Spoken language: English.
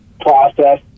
process